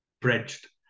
bridged